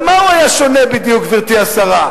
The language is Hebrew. במה הוא היה שונה בדיוק, גברתי השרה?